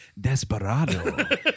Desperado